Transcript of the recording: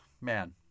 man